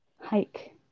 Hike